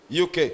UK